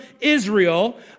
Israel